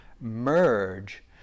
merge